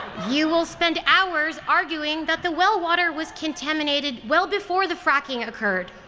you will spend hours arguing that the well water was contaminated well before the fracking occurred.